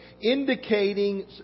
indicating